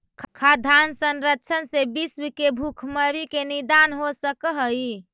खाद्यान्न संरक्षण से विश्व के भुखमरी के निदान हो सकऽ हइ